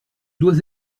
dois